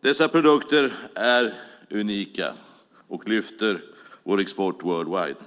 Dessa produkter är unika och lyfter vår export worldwide.